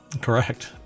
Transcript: Correct